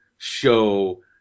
show